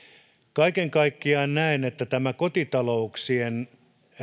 kaiken kaikkiaan näen että tämä kotitalouksien